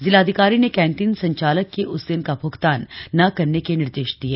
जिलाधिकारी ने कैंटीन संचालक के उस दिन का भ्गतान न करने के निर्देश दिये